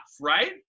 right